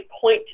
point